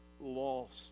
lost